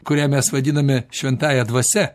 kurią mes vadiname šventąja dvasia